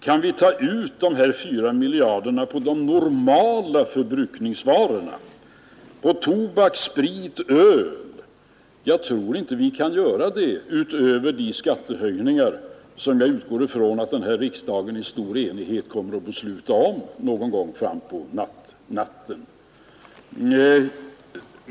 Kan vi ta ut de här 4 miljarderna på de normala förbrukningsvarorna, på tobak, sprit och öl? Jag tror inte vi kan göra det utöver vad vi gör genom de skattehöjningar som jag utgår ifrån att den här riksdagen i stor enighet kommer att besluta någon gång frampå natten.